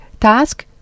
task